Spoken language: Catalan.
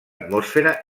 atmosfera